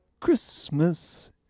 Christmas